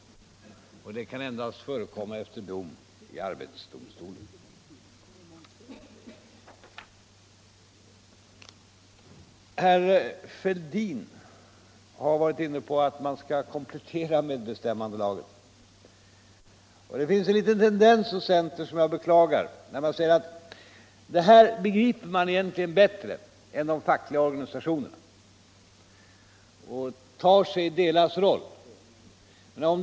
Ett avskedande kan nu endast genomföras efter dom i arbetsdomstolen. Herr Fälldin har varit inne på att man skall komplettera medbestämmandelagen. Det finns en beklaglig tendens hos centern att tro sig begripa dessa frågor bättre än de fackliga organisationerna och spela deras roll åt dem.